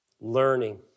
learning